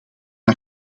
een